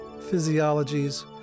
physiologies